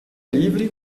livre